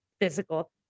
physical